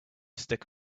stick